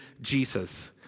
Jesus